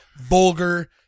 vulgar